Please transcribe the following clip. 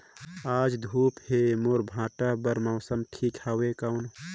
आज धूप हे मोर भांटा बार मौसम ठीक हवय कौन?